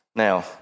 Now